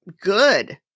good